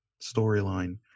storyline